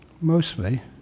Mostly